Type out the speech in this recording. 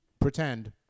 Pretend